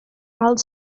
val